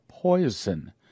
poison